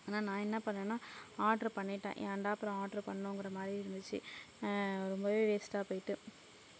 ஆனால் நான் என்ன பண்னினேன்னா ஆர்டரு பண்ணிட்டேன் ஏன்டா அப்புறம் ஆர்டரு பண்ணினோங்குற மாதிரி இருந்துச்சு ரொம்பவே வேஸ்ட்டாக போகிட்டு